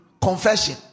Confession